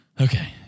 Okay